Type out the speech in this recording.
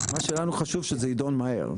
מה שלנו חשוב, שזה יידון מהר.